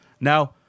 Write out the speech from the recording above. Now